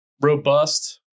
robust